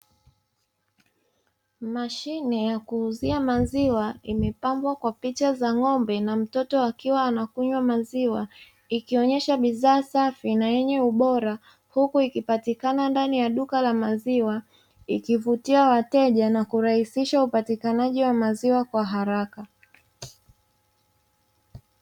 Mashine ya kuuzia maziwa imepambwa kwa picha za ng'ombe na mtoto akiwa anakunywa maziwa; ikionyesha bidhaa safi na yenye ubora. Huku ikipatikana ndani ya duka la maziwa ikivutiwa wateja na kurahisisha upatikanaji wa maziwa kwa harakaharaka.